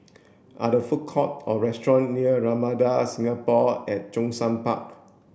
are there food court or restaurant near Ramada Singapore at Zhongshan Park